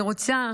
אני רוצה,